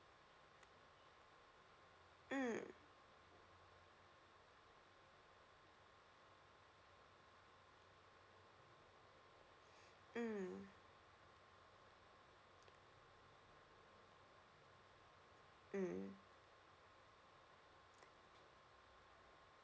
mm mm mm